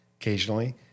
occasionally